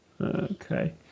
Okay